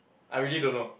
I really don't know